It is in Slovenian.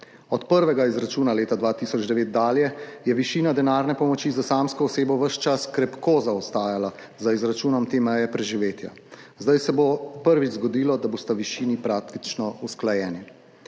Od prvega izračuna leta 2009 dalje je višina denarne pomoči za samsko osebo ves čas krepko zaostajala za izračunom te meje preživetja. Zdaj se bo prvič zgodilo, da bosta višini praktično usklajeni.